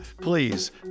Please